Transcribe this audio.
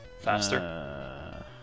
faster